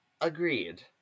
Agreed